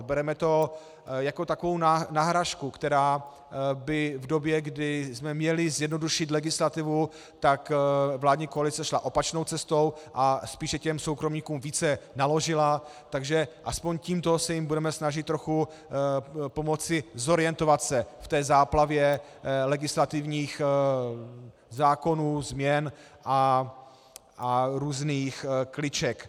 Bereme to jako takovou náhražku, která v době, kdy jsme měli zjednodušit legislativu, tak vládní koalice šla opačnou cestou a spíše těm soukromníkům více naložila, takže aspoň tímto se jim budeme snažit trochu pomoci zorientovat se v té záplavě legislativních zákonů, změn a různých kliček.